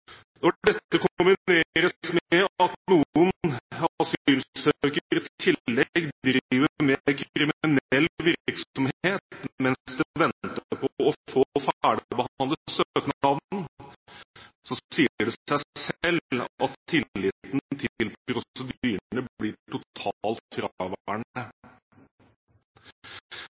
Når dette kombineres med at noen asylsøkere i tillegg driver med kriminell virksomhet mens de venter på å få ferdigbehandlet søknaden, sier det seg selv at tilliten til